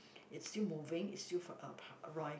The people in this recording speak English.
it's still moving it's still for uh